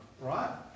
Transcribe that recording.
right